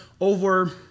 over